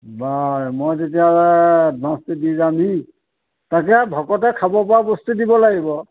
বাৰু মই তেতিয়াহ'লে এডভাঞ্চটো দি যামহি তাকে ভকতে খাব পৰা বস্তু দিব লাগিব